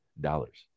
dollars